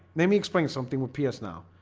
let me explain something with ps now